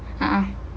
ah